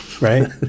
right